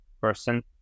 person